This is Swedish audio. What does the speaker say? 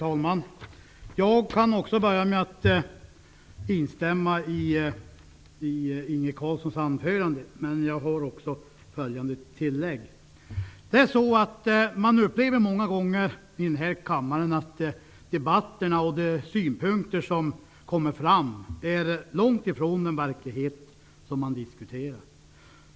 Herr talman! Jag kan börja med att instämma i Inge Carlssons anförande, men jag vill göra följande tillägg. Man upplever många gånger i den här kammaren att debatterna och de synpunkter som där kommer fram är långt ifrån den verklighet som diskuteras.